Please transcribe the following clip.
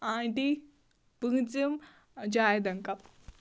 aunty پٲنٛژِم Javed uncle